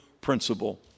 principle